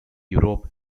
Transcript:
europe